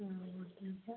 ആ